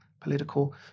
political